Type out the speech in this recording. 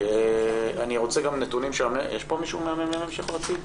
אני רוצה לקבל נתונים ממרכז המחקר והמידע.